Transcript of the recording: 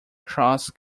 cross